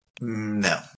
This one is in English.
No